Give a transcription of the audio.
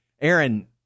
Aaron